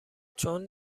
چون